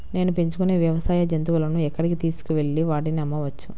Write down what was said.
నేను పెంచుకొనే వ్యవసాయ జంతువులను ఎక్కడికి తీసుకొనివెళ్ళి వాటిని అమ్మవచ్చు?